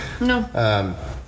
No